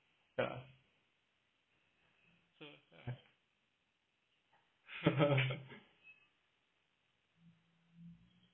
ya